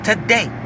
Today